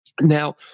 Now